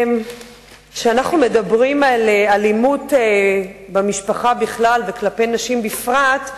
כשאנחנו מדברים על אלימות במשפחה בכלל וכלפי נשים בפרט,